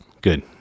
Good